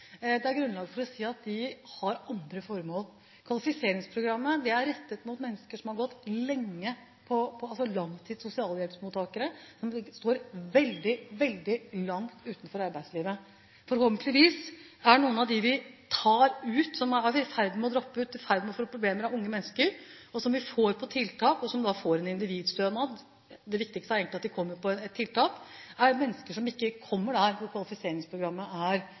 det er grunnlag for å si at de har andre formål. Kvalifiseringsprogrammet er rettet mot mennesker som er langtids sosialhjelpsmottakere, som står veldig langt utenfor arbeidslivet. Forhåpentligvis er noen av de unge menneskene vi tar ut, som er i ferd med å droppe ut og i ferd med å få problemer, som vi får på tiltak, og som får en individstønad – det viktigste er egentlig at de kommer på et tiltak – mennesker som ikke kommer inn der kvalifiseringsprogrammet er